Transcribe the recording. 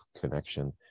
connection